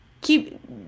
keep